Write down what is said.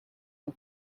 and